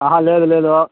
లేదు లేదు